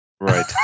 right